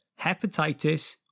hepatitis